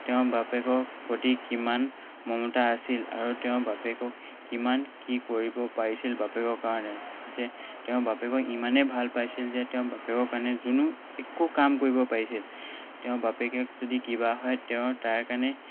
তেওঁৰ বাপেকক প্ৰতি কিমান মমতা আছিল আৰু তেওঁ বাপেকক কিমান কি কৰিব পাৰিছিল বাপেকৰ কাৰণে যে তেওঁ বাপেকক ইমানেই ভাল পাইছিল যে তেওঁ বাপেকৰ কাৰণে যোনো একো কাম কৰিব পাৰিছিল তেওঁ বাপেকক যদি কিবা হয় তেওঁ তাৰ কাৰণে